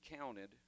counted